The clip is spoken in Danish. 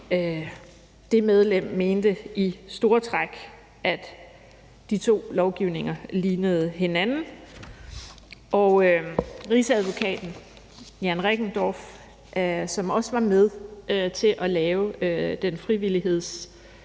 Det medlem mente i store træk, at de to lovgivninger lignede hinanden, og rigsadvokat Jan Reckendorff, som også var med til at lave det oplæg til